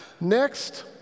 Next